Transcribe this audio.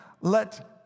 Let